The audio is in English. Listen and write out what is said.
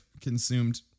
consumed